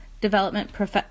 development